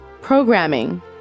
Programming